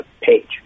page